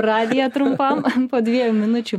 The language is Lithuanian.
radiją trumpam po dviejų minučių